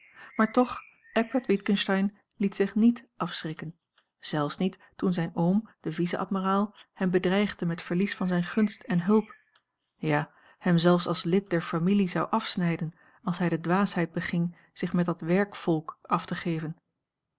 maar toch eckbert witgensteyn liet zich niet afschrikken zelfs niet toen zijn oom de vice-admiraal hem bedreigde met verlies van zijne gunst en hulp ja hem zelfs als lid der familie zou afsnijden als hij de dwaasheid beging zich met dat werkvolk af te geven